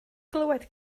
glywed